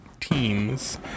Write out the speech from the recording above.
teams